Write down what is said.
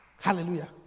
Hallelujah